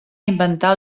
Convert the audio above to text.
inventar